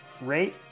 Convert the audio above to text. rate